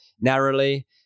narrowly